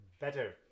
better